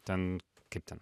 ten kaip ten